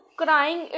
crying